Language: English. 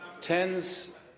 tens